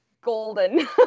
golden